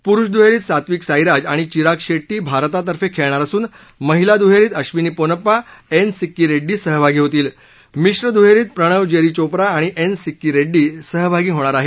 पुरुष दुहेरीत सात्विक साईराज आणि चिराग शेट्टी भारतातर्फे खेळणार असून महिला दुहेरीत अक्षिनी पोन्नाप्पा आणि एन सिक्की रेड्डी सहभागी होतील मिश्र दुहेरीत प्रणव जेरी चोपडा आणि एन सिक्की रेड्डी सहभागी होणार आहेत